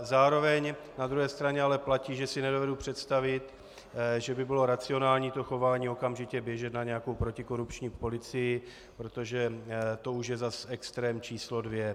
Zároveň na druhé straně ale platí, že si nedovedu představit, že by bylo racionální to chování okamžitě běžet na nějakou protikorupční policii, protože to už je zase extrém číslo dvě.